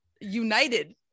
united